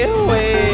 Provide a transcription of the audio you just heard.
away